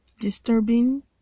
disturbing